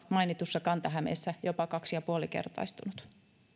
mainitussa kanta hämeessä jopa kaksi pilkku viisi kertaistunut